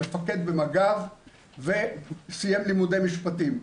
מפקד במג"ב וסיים לימודי משפטים.